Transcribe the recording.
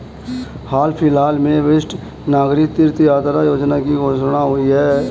हाल फिलहाल में वरिष्ठ नागरिक तीर्थ यात्रा योजना की घोषणा हुई है